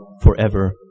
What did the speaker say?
forever